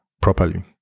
properly